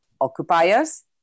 occupiers